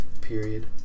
Period